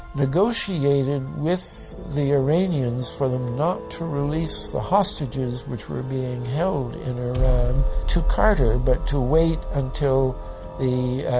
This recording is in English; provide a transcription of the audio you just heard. negotiated with the iranians for them not to release the hostages which were being held in iran to carter, but to wait until the.